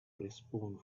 respond